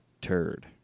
turd